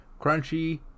crunchy